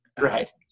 Right